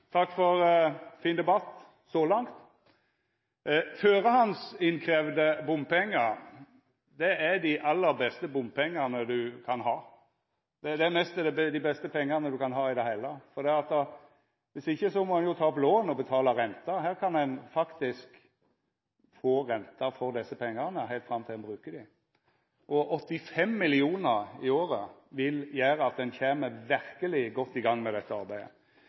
Takk for ein fin debatt så langt. Førehandsinnkravde bompengar er dei aller beste bompengane ein kan ha. Det er mest dei beste pengane ein kan ha i det heile. For viss ikkje må ein jo ta opp lån og betala renter. Her kan ein faktisk få renter for pengane heilt fram til ein bruker dei. Og 85 mill. kr i året vil gjera at ein verkeleg kjem godt i gang med dette arbeidet.